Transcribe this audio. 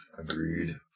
agreed